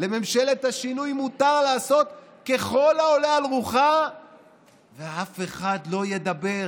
לממשלת השינוי מותר לעשות ככל העולה על רוחה ואף אחד לא ידבר.